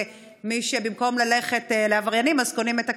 מי שבמקום ללכת לעבריינים אז קונים את הקנביס.